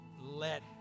let